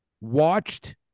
watched